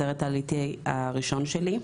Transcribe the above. הסרט העלילתי הראשון שלי.